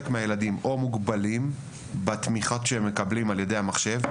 מהילדים מוגבלים בתמיכות שהם מקבלים על ידי המחשב,